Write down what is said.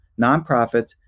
nonprofits